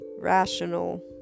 rational